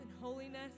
holiness